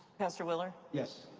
pastor willer? yes,